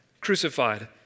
crucified